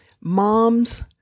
moms